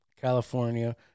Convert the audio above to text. California